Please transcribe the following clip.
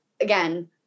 again